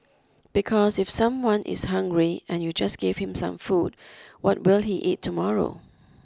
because if someone is hungry and you just give him some food what will he eat tomorrow